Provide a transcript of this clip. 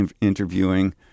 interviewing